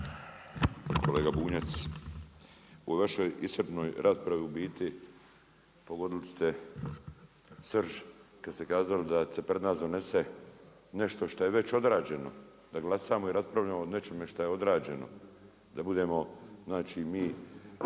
Kolega Bunjac, u vašoj iscrpnoj raspravi u biti pogodili ste srž, kad ste kazali da se pred nas donese nešto što je već odrađeno da glasujemo i raspravljamo o nećemo što je već odrađeno. Da budemo znači mi